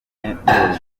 n’ubuzima